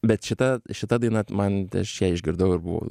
bet šita šita daina man aš ją išgirdau ir buvo